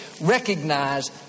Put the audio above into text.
recognize